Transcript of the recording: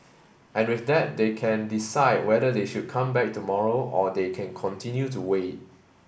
and with that they can decide whether they should come back tomorrow or they can continue to wait